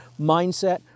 mindset